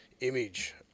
image